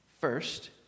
First